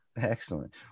excellent